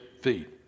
feet